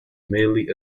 merely